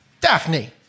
Daphne